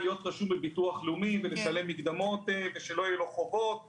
להיות רשום בביטוח לאומי ולשלם מקדמות שלא יהיו לו חובות מצטברים,